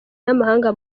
n’amahanga